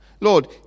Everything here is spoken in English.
Lord